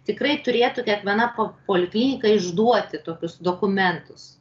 tikrai turėtų kiekviena po poliklinika išduoti tokius dokumentus